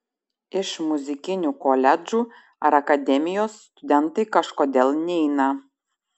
iš muzikinių koledžų ar akademijos studentai kažkodėl neina